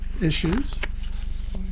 issues